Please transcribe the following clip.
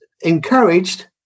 encouraged